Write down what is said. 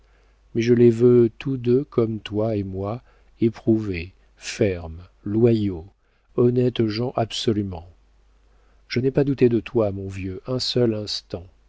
mais je les veux tous deux comme toi et moi éprouvés fermes loyaux honnêtes gens absolument je n'ai pas douté de toi mon vieux un seul instant